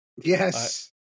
Yes